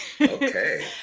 Okay